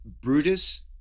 Brutus